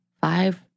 five